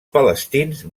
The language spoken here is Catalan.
palestins